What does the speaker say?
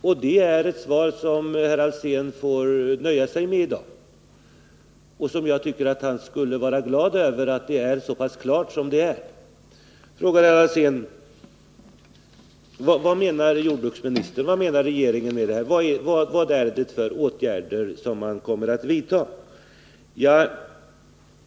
Och det är ett svar som herr Alsén får nöja sig med i dag. Jag tycker att han borde vara glad över att svaret är så pass klart som det är. Sedan frågar herr Alsén: Vad menar jordbruksministern? Vilka åtgärder kommer regeringen att vidta?